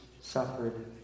suffered